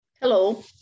Hello